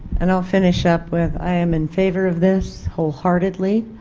and i will finish up with i am in favor of this wholeheartedly,